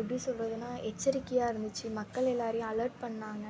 எப்படி சொல்கிறதுனா எச்சரிக்கையாக இருந்துச்சு மக்கள் எல்லோரையும் அலட் பண்ணாங்க